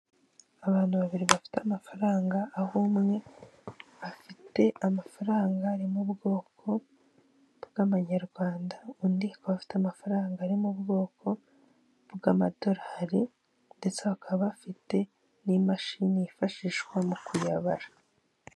Abantu babiri bafite amafaranga, aho umwe afite amafaranga ari mu bwoko bw'amanyarwanda, undi akaba afite amafaranga ari mu bwoko bw'amadorari, ndetse bakaba bafite n'imashini yifashishwa mu kuyabara.